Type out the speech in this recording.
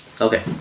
Okay